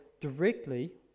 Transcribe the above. Directly